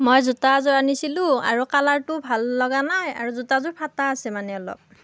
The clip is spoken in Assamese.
মই জোতা এযোৰ আনিছিলোঁ আৰু কালাৰটো ভাল লগা নাই আৰু জোতাযোৰ ফটা আছে মানে অলপ